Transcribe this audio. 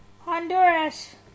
Honduras